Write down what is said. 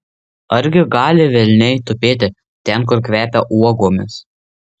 argi gali velniai tupėti ten kur kvepia uogomis